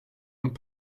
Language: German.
und